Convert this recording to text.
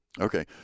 Okay